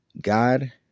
God